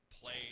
played